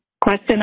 question